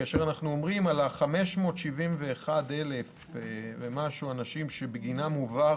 כאשר אנחנו אומרים על ה-571,000 ומשהו אנשים שבגינם הועבר